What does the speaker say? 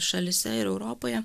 šalyse ir europoje